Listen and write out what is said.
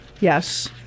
Yes